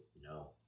No